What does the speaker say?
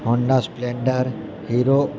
Honda splendor hero